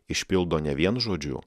išpildo ne vien žodžiu